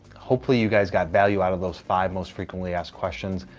hopefully you guys got value out of those five most frequently asked questions.